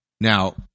now